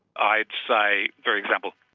i'd say, for example,